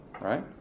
right